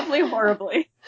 horribly